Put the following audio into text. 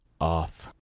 off